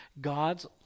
God's